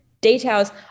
details